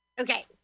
Okay